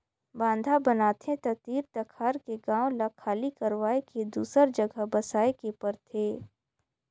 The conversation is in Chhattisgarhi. बांधा बनाथे त तीर तखार के गांव ल खाली करवाये के दूसर जघा बसाए के परथे